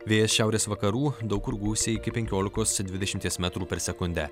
vėjas šiaurės vakarų daug kur gūsiai iki penkiolikos dvidešimties metrų per sekundę